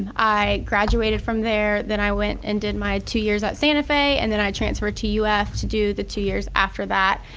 i graduated from there, then i went and did my two years at santa fe and then i transferred to uf to do the two years after that.